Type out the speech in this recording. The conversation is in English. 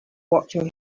watching